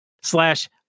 slash